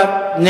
12,